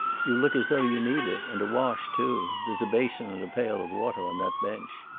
you look as though you need it, and a wash, too. there's a basin and a pail of water on that bench.